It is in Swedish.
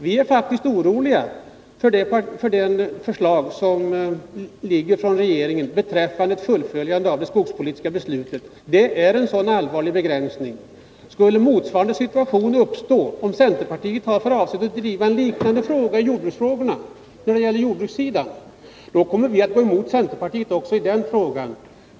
Vi är faktiskt oroade med anledning av det av 139 riksdagen framlagda förslaget om ett fullföljande av det skogspolitiska beslutet, eftersom detta innebär en allvarlig begränsning på området. Skulle motsvarande situation uppstå och centerpartiet ha för avsikt att driva en liknande fråga på jordbruksområdet, kommer vi att gå emot centerpartiet också i den frågan.